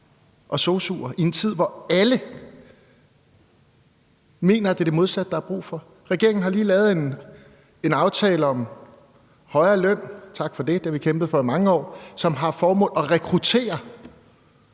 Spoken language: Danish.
og sosu'er i en tid, hvor alle mener, at det er det modsatte, der er brug for. Regeringen har lige lavet en aftale om højere løn – tak for det;